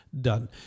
done